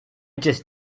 just